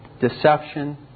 deception